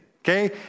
Okay